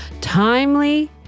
Timely